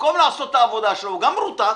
במקום לעשות את העבודה שלו, הוא גם מרותק.